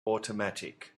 automatic